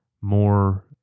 more